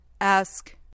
Ask